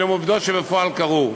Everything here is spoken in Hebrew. אלה עובדות שקרו בפועל.